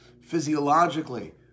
physiologically